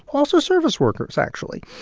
also service workers, actually.